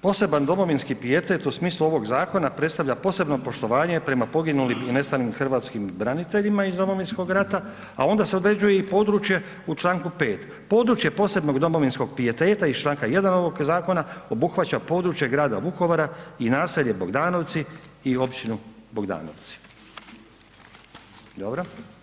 „poseban domovinski pijetet u smislu ovoga zakona predstavlja posebno poštovanje prema poginulim i nestalim hrvatskim braniteljima iz Domovinskog rata“, a onda se određuje i područje u čl. 5. „područje posebnog domovinskog pijeteta iz čl. 1. ovog zakona obuhvaća područje grada Vukovara i naselje Bogdanovci i Općinu Bogdanovci“, dobro.